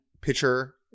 pitcher